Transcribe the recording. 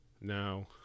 Now